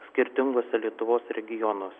skirtinguose lietuvos regionuo